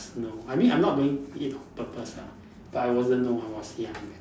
no I mean I'm not doing it on purpose ah but I wasn't know I was young that time